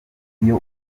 iyo